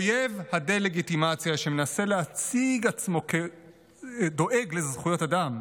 אויב הדה-לגיטימציה שמנסה להציג את עצמו כדואג לזכויות אדם.